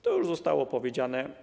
To już zostało powiedziane.